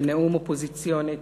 בנאום אופוזיציוני,